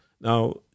Now